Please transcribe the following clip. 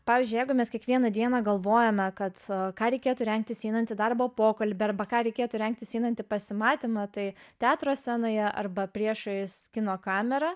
pavyzdžiui jeigu mes kiekvieną dieną galvojame kad ką reikėtų rengtis einant į darbo pokalbį arba ką reikėtų rengtis einant į pasimatymą tai teatro scenoje arba priešais kino kamerą